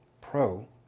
Pro